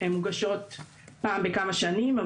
הן מוגשות פעם בכמה שנים,